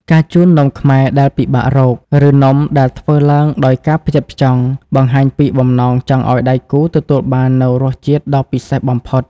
ការជូននំខ្មែរដែលពិបាករក ឬនំដែលធ្វើឡើងដោយការផ្ចិតផ្ចង់ បង្ហាញពីបំណងចង់ឱ្យដៃគូទទួលបាននូវរសជាតិដ៏ពិសេសបំផុត។